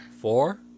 Four